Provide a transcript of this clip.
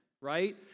right